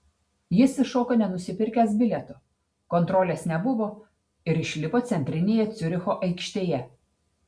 jis įšoko nenusipirkęs bilieto kontrolės nebuvo ir išlipo centrinėje ciuricho aikštėje